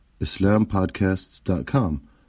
islampodcasts.com